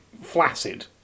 flaccid